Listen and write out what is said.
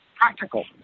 practical